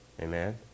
Amen